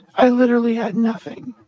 i literally had nothing.